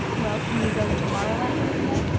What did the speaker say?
well, can you go tomorrow afternoon, then?